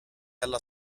alla